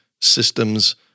systems